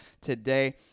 today